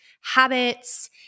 habits